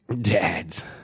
Dads